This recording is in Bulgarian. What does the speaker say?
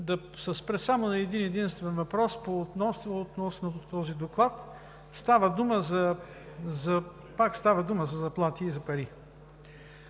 да се спра само на един-единствен въпрос относно този доклад: става дума пак за заплати и за пари.